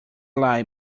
lie